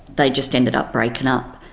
they just ended up breaking up.